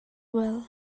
well